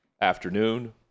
afternoon